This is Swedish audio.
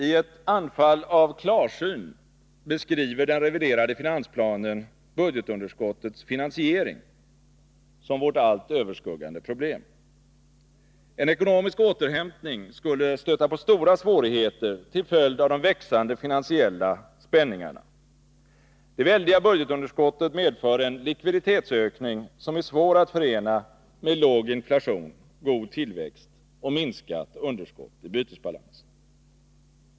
I ett anfall av klarsyn beskriver man i den reviderade finansplanen budgetunderskottets finansiering som vårt allt överskuggande problem. En ekonomisk återhämtning skulle stöta på stora svårigheter till följd av de växande finansiella spänningarna. Det väldiga budgetunderskottet medför en likviditetsökning som är svår att förena med låg inflation, god tillväxt och minskat underskott i bytesbalansen.